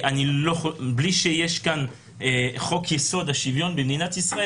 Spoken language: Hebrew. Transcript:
בלי שיש כאן חוק-יסוד: השוויון במדינת ישראל,